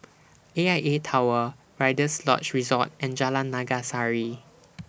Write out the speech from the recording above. A I A Tower Rider's Lodge Resort and Jalan Naga Sari